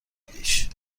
بدیش